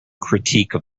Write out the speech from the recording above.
critique